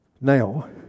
Now